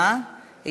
להצבעה,